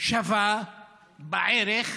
שוות ערך.